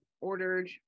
ordered